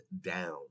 down